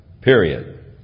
period